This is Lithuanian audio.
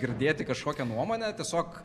girdėti kažkokią nuomonę tiesiog